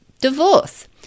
divorce